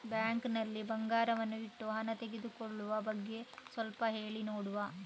Bank ನಲ್ಲಿ ಬಂಗಾರವನ್ನು ಇಟ್ಟು ಹಣ ತೆಗೆದುಕೊಳ್ಳುವ ಬಗ್ಗೆ ಸ್ವಲ್ಪ ಹೇಳಿ ನೋಡುವ?